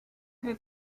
have